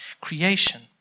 creation